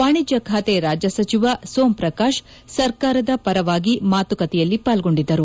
ವಾಣಿಜ್ಯ ಖಾತೆ ರಾಜ್ಯ ಸಚಿವ ಸೋಮ್ ಪ್ರಕಾಶ್ ಸರ್ಕಾರದ ಪರವಾಗಿ ಮಾತುಕತೆಯಲ್ಲಿ ಪಾಲ್ಗೊಂಡಿದ್ದರು